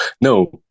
no